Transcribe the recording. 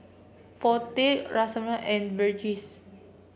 Potti Rasipuram and Verghese